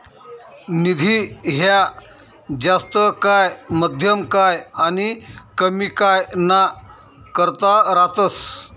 निधी ह्या जास्त काय, मध्यम काय आनी कमी काय ना करता रातस